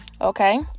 okay